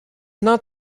not